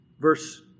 Verse